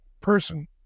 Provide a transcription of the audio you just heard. person